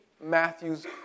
Matthew's